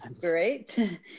Great